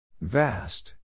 Vast